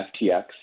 FTX